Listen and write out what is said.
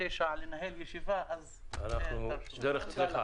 כבוד היושב-ראש,